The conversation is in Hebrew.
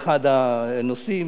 באחד הנושאים,